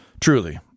truly